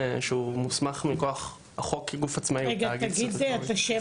שמוסמך מכוח החוק כגוף עצמאי כתאגיד סטטוטורי.